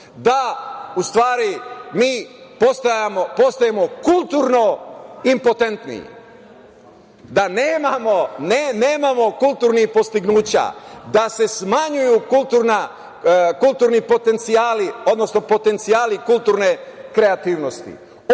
da u stvari mi postajemo kulturno impotentni, da nemamo kulturnih dostignuća, da se smanjuju kulturni potencijali, odnosno potencijali kulturne kreativnosti.